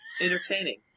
entertaining